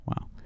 Wow